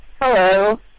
Hello